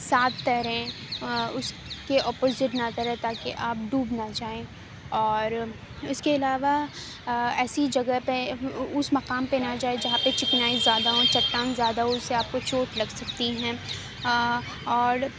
ساتھ تیریں اس کے اپوزٹ نہ تیریں تاکہ آپ ڈوب نہ جائیں اور اس کے علاوہ ایسی جگہ پہ اس مقام پہ نہ جائے جہاں پہ چکنائی زیادہ ہوں چٹان زیادہ ہو اس سے آپ کو چوٹ لگ سکتی ہیں اور